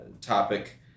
topic